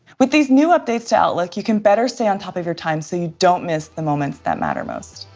with these new updates to outlook, you can better say on top of your time, so you don't miss the moments that matter most.